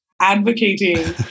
advocating